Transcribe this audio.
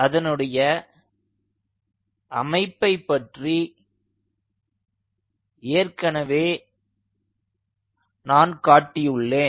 அதனுடைய அமைப்பை பற்றி ஏற்கனவே நான் காட்டியுள்ளேன்